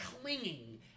clinging